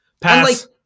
Pass